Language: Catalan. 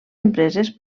empreses